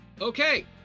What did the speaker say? Okay